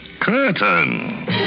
Curtain